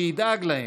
שידאג להם,